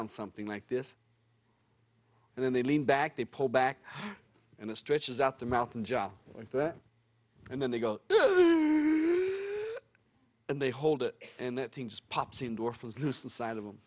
on something like this and then they lean back they pull back and it stretches out the mouth and just like that and then they go and they hold it and that things pop seems orphans loose inside of them